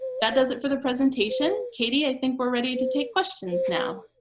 that does it for the presentation. katie, i think we're ready to take questions now.